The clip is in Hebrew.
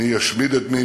מי ישמיד את מי,